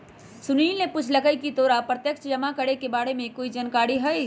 सुनील ने पूछकई की तोरा प्रत्यक्ष जमा के बारे में कोई जानकारी हई